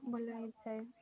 ଭଲ ହୋଇଯାଏ